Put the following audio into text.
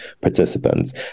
participants